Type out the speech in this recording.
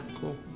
cool